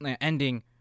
ending